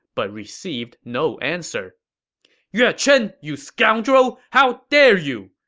but received no answer yue chen, you scoundrel! how dare you!